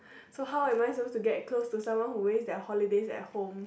so how am I suppose to get close with someone who waste his holidays at home